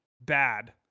bad